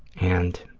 and